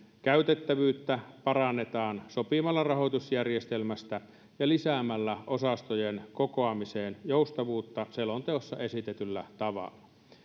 käytettävyyttä parannetaan sopimalla rahoitusjärjestelmästä ja lisäämällä osastojen kokoamiseen joustavuutta selonteossa esitetyllä tavalla